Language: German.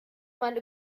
man